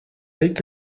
take